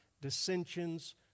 dissensions